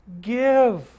give